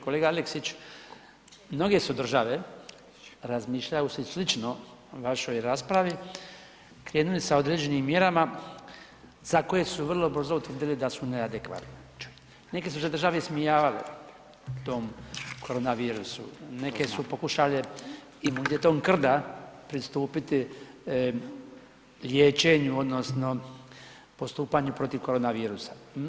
Kolega Aleksić, mnoge su države, razmišljale su slično vašoj raspravi, krenuli sa određenim mjerama za koje su vrlo brzo utvrdile da su neadekvatne, neke su se države ismijavale tom koronavirusu, neke su pokušale imunitetom krda pristupiti liječenju odnosno postupanju protiv koronavirusa.